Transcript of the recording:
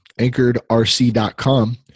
anchoredrc.com